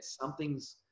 something's